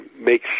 make